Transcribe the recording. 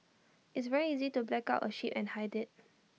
it's very easy to black out A ship and hide IT